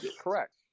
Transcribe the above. Correct